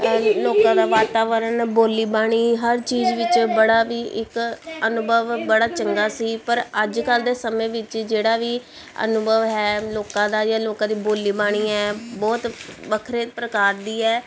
ਲੋਕਾਂ ਦਾ ਵਾਤਾਵਰਣ ਬੋਲੀ ਬਾਣੀ ਹਰ ਚੀਜ਼ ਵਿੱਚ ਬੜਾ ਵੀ ਇੱਕ ਅਨੁਭਵ ਬੜਾ ਚੰਗਾ ਸੀ ਪਰ ਅੱਜ ਕੱਲ ਦੇ ਸਮੇਂ ਵਿੱਚ ਜਿਹੜਾ ਵੀ ਅਨੁਭਵ ਹੈ ਲੋਕਾਂ ਦਾ ਜਾਂ ਲੋਕਾਂ ਦੀ ਬੋਲੀ ਬਾਣੀ ਹੈ ਬਹੁਤ ਵੱਖਰੇ ਪ੍ਰਕਾਰ ਦੀ ਹੈ